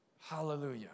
Hallelujah